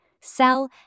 sell